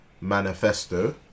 manifesto